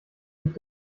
dich